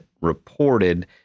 reported